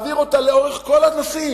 ותעביר אותה לאורך כל הנושאים.